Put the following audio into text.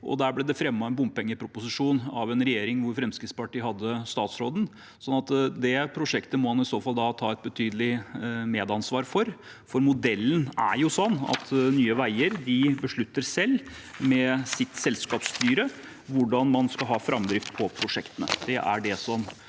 og der ble det fremmet en bompengeproposisjon av en regjering der Fremskrittspartiet hadde statsråden. Det prosjektet må han i så fall ta et betydelig medansvar for, for modellen er jo slik at Nye veier beslutter selv, med sitt selskapsstyre, hvordan man skal ha framdrift på prosjektene.